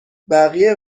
بقیه